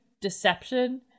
deception